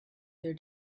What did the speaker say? their